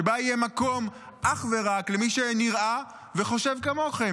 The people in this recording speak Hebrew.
שבה יהיה מקום אך ורק למי שנראה וחושב כמוכם.